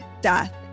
Death